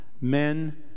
Men